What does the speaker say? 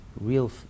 real